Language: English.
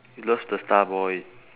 you love the star boy